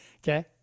Okay